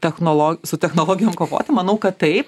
technolo su technologijom kovoti manau kad taip